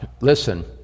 listen